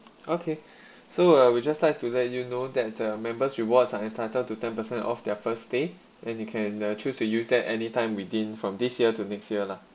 okay so uh we just like to let you know that the members rewards are entitled to ten percent off their first day and you can uh choose to use that anytime within from this year to next year lah